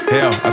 Hell